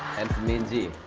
minzy